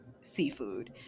seafood